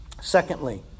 Secondly